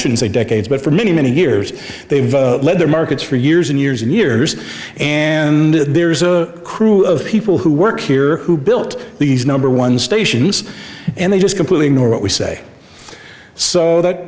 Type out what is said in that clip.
shouldn't say decades but for many many years they've led their markets for years and years and years and there's a crew of people who work here who built these number one stations and they just completely ignore what we say so that